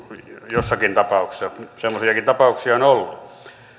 jossakin tapauksessa semmoisiakin tapauksia on ollut